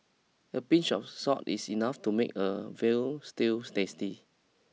a pinch of salt is enough to make a veal stew tasty